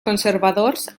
conservadors